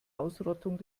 ausrottung